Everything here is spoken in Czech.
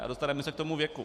A dostaneme se k tomu věku.